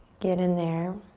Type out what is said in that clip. get in there.